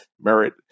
merit